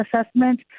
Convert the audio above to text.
assessment